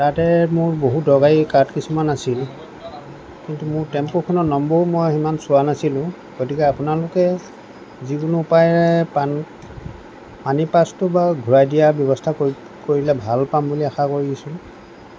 তাতে মোৰ বহু দৰকাৰী কাৰ্ড কিছুমান আছিল কিন্তু মোৰ টেম্পুখনৰ নম্বৰো মই সিমান চোৱা নাছিলোঁ গতিকে আপোনালোকে যিকোনো উপায়েৰে মানিপাৰ্ছটো বাৰু ঘূৰাই দিয়া ব্যৱস্থা কৰি কৰিলে ভাল পাম বুলি আশা কৰি আছোঁ